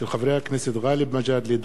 הצעתם של חברי הכנסת גאלב מג'אדלה,